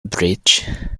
bridge